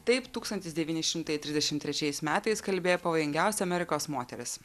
taip tūkstantis devyni šimtai trisdešimt trečiais metais kalbėjo pavojingiausia amerikos moteris